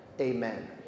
Amen